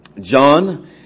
John